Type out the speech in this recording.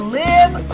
live